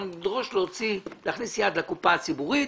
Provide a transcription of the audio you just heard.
אנחנו נדרוש להכניס יד לקופה הציבורית,